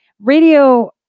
radio